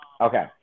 Okay